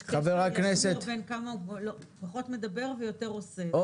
יש קשר ישיר בין כמה הוא פחות מדבר ויותר עושה,